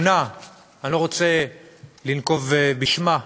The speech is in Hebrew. שאני לא רוצה לנקוב בשמה,